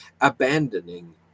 abandoning